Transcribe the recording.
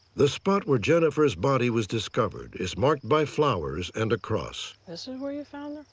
the spot where jennifer's body was discovered is marked by flowers and a cross. this is where you found